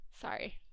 Sorry